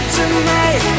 tonight